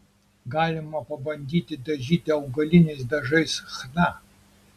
galima pabandyti dažyti augaliniais dažais chna